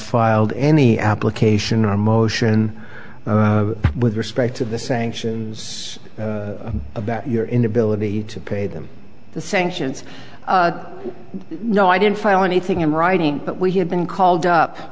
filed any application or motion with respect to the sanctions about your inability to pay them the sanctions no i didn't file anything in writing but we had been called